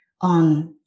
on